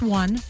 one